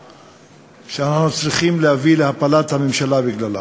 שאנחנו צריכים להביא להפלת הממשלה בגללה.